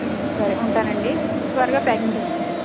సరే ఉంటానండి త్వరగా ప్యాకింగ్ చేసేయండి